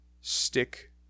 stick